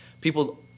People